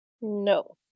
No